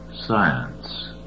science